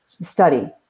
study